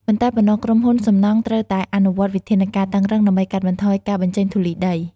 មិនតែប៉ុណ្ណោះក្រុមហ៊ុនសំណង់ត្រូវតែអនុវត្តវិធានការតឹងរ៉ឹងដើម្បីកាត់បន្ថយការបញ្ចេញធូលីដី។